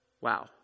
Wow